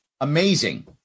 amazing